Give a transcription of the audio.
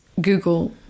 Google